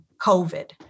covid